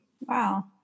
Wow